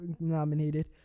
nominated